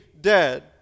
dead